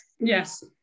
yes